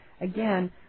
again